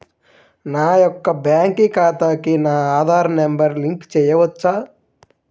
నా యొక్క బ్యాంక్ ఖాతాకి నా ఆధార్ నంబర్ లింక్ చేయవచ్చా?